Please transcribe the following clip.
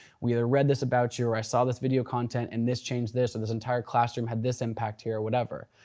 we either read this about you or i saw this video content and this changed this or this entire classroom had this impact here or whatever.